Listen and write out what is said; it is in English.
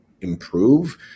improve